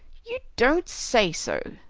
you don't say so!